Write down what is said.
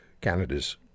Canada's